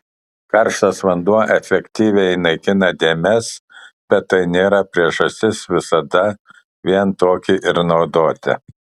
karštas vanduo efektyviai naikina dėmes bet tai nėra priežastis visada vien tokį ir naudoti